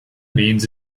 means